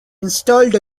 installed